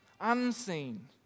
unseen